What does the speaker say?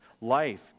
Life